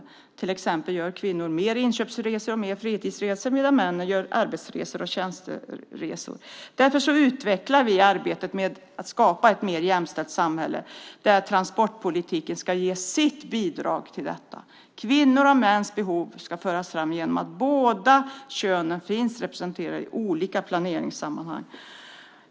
Kvinnor gör till exempel fler inköpsresor och fritidsresor medan männen gör arbetsresor och tjänsteresor. Därför utvecklar vi arbetet med att skapa ett mer jämställt samhälle där transportpolitiken ska ge sitt bidrag. Kvinnors och mäns behov ska föras fram genom att båda könen finns representerade i olika planeringssammanhang.